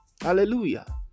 Hallelujah